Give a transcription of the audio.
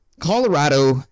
Colorado